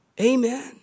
Amen